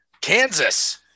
Kansas